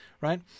right